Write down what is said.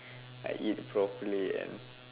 I eat properly and